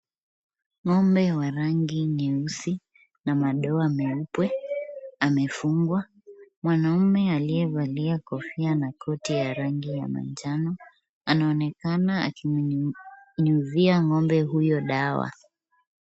Ng'ombe wa rangi nyeusi na madoa meupe amefungwa. Mwanaume aliyevalia kofia na koti ya rangi ya manjano anaonekana akinyunyuzia ng'ombe huyo dawa.